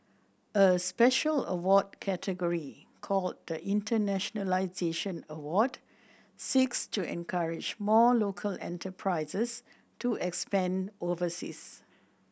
a special award category called the Internationalisation Award seeks to encourage more local enterprises to expand overseas